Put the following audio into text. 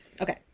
Okay